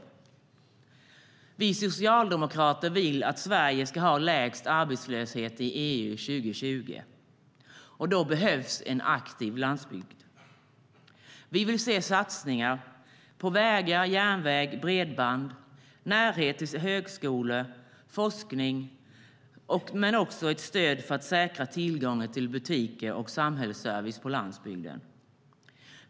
Vi socialdemokrater vill att Sverige ska ha lägst arbetslöshet i EU 2020. Då behövs en aktiv landsbygd. Vi vill se satsningar på vägar, järnväg och bredband, närhet till högskolor och forskning och också ett stöd för att säkra tillgången till butiker och samhällsservice på landsbygden.